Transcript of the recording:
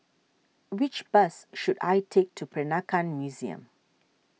which bus should I take to Peranakan Museum